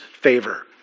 favor